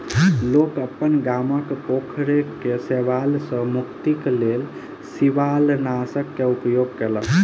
लोक अपन गामक पोखैर के शैवाल सॅ मुक्तिक लेल शिवालनाशक के उपयोग केलक